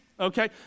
okay